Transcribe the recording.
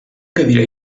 cadira